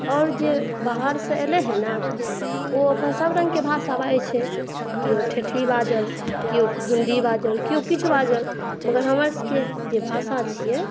और जे बाहरसँ एलै हँ ने तऽ ओ अपन सबरङ्ग के भाषा बाजै छै केओ ठेठी बाजल केओ हिन्दी बाजल केओ किछु बाजल मगर हमरसबकेँ जे भाषा छियै